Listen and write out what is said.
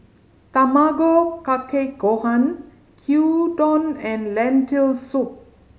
Tamago Kake Gohan Gyudon and Lentil Soup